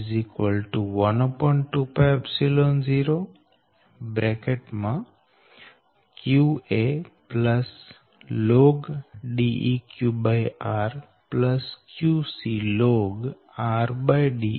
Vac120qalnDeqr qclnrDeq volt